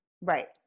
Right